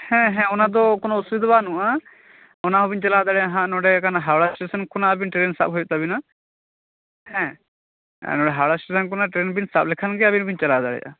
ᱦᱮᱸ ᱦᱮᱸ ᱚᱱᱟᱫᱚ ᱠᱚᱱᱚ ᱚᱥᱩᱵᱤᱫᱷᱟ ᱵᱟᱹᱱᱩᱜ ᱟ ᱚᱱᱟ ᱦᱚᱵᱤᱱ ᱪᱟᱞᱟᱣ ᱫᱟᱲᱮᱭᱟᱜ ᱟ ᱦᱟᱸᱜ ᱱᱚᱸᱰᱮ ᱠᱟᱱ ᱦᱟᱣᱲᱟ ᱥᱴᱮᱥᱚᱱ ᱠᱷᱚᱱᱟᱜ ᱟᱹᱵᱤᱱ ᱴᱨᱮᱱ ᱥᱟᱵ ᱦᱩᱭᱩᱜ ᱛᱟᱹᱵᱤᱱᱟ ᱦᱮᱸ ᱱᱚᱸᱰᱮ ᱦᱟᱣᱲᱟ ᱥᱴᱮᱥᱚᱱ ᱠᱷᱟᱱᱟᱜ ᱴᱨᱮᱱ ᱵᱤᱱ ᱥᱟᱵ ᱞᱮᱠᱷᱟᱱ ᱜᱮ ᱟ ᱵᱤᱱᱵᱤᱱ ᱪᱟᱞᱟᱣ ᱫᱟᱲᱮᱭᱟᱜ ᱟ